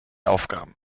aufgaben